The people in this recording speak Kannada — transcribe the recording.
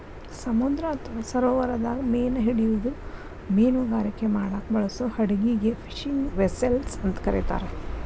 ಸಮುದ್ರ ಅತ್ವಾ ಸರೋವರದಾಗ ಮೇನಾ ಹಿಡಿದು ಮೇನುಗಾರಿಕೆ ಮಾಡಾಕ ಬಳಸೋ ಹಡಗಿಗೆ ಫಿಶಿಂಗ್ ವೆಸೆಲ್ಸ್ ಅಂತ ಕರೇತಾರ